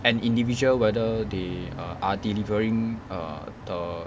an individual whether they are are delivering err the